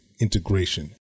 integration